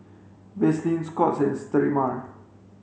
Vaselin Scott's and Sterimar